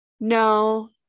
No